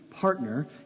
partner